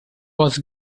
was